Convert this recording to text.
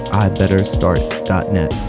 ibetterstart.net